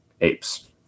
apes